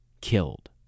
killed